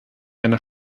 einer